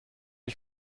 ich